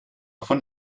von